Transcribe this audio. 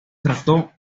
trató